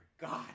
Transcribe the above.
God